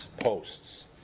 posts